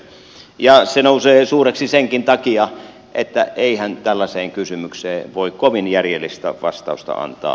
ja se nousee suureksi senkin takia että eihän tällaiseen kysymykseen voi kovin järjellistä vastausta antaa